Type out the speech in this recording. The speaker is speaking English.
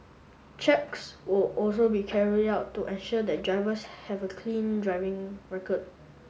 checks all also be carried out to ensure the drivers have a clean driving record